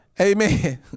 Amen